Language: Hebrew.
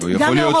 גם לנוכח העובדה,